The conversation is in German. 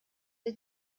der